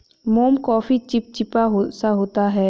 मोम काफी चिपचिपा सा होता है